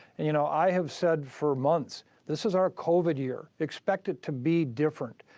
you know i have said for months this is our covid year. expect it to be different.